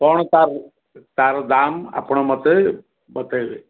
କ'ଣ ତାର ତାର ଦାମ ଆପଣ ମୋତେ ବତେଇବେ